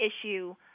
issue